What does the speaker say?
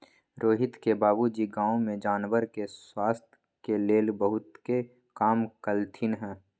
रोहित के बाबूजी गांव में जानवर के स्वास्थ के लेल बहुतेक काम कलथिन ह